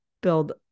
build